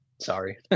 sorry